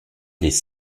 les